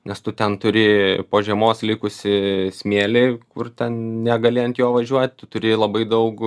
nes tu ten turi po žiemos likusį smėlį kur ten negali ant jo važiuot tu turi labai daug